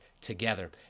together